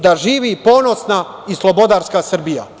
Da živi ponosna i slobodarska Srbija“